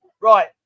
Right